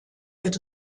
wird